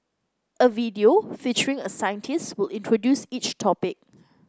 a video featuring a scientist will introduce each topic